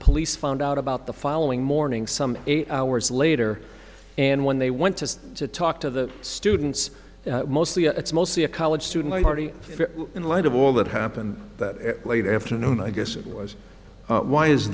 police found out about the following morning some eight hours later and when they went to to talk to the students mostly it's mostly a college student party in light of all that happened that late afternoon i guess it was why is